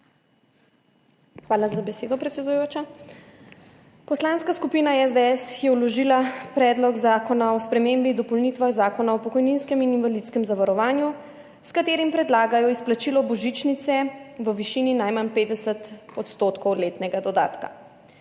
Hvala za besedo, predsedujoča. Poslanska skupina SDS je vložila Predlog zakona o spremembi in dopolnitvah Zakona o pokojninskem in invalidskem zavarovanju, s katerim predlagajo izplačilo božičnice v višini najmanj 50 odstotkov letnega dodatka.